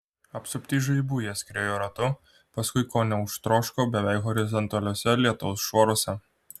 apsupti žaibų jie skriejo ratu paskui ko neužtroško beveik horizontaliuose lietaus šuoruose